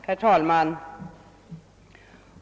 Herr talman!